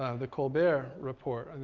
ah the colbert report,